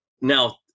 now